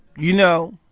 you know